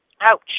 Ouch